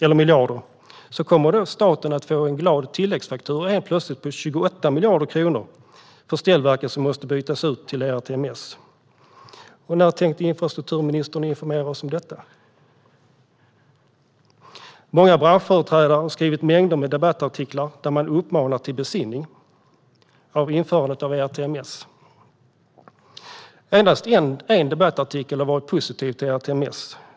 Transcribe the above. Då kommer staten helt plötsligt att få en tilläggsfaktura på 28 miljarder kronor för ställverken som måste bytas ut med tanke på ERTMS. När tänkte infrastrukturministern informera oss om detta? Många branschföreträdare har skrivit mängder av debattartiklar där de uppmanar till besinning i fråga om införandet av ERTMS. Endast en debattartikel har varit positiv till ERTMS.